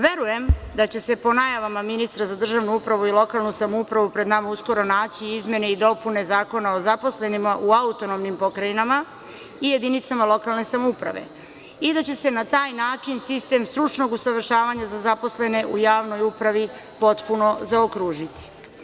Verujem da će se po najavama ministra za državnu upravu i lokalnu samoupravu pred nama uskoro naći izmene i dopune Zakona o zaposlenim u autonomnim pokrajinama i jedinicama lokalne samouprave i da će se na taj način sistem stručnog usavršavanja za zaposlene u javnoj upravi potpuno zaokružiti.